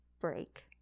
break